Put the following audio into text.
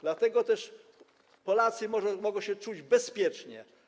Dlatego też Polacy mogą się czuć bezpiecznie.